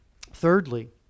Thirdly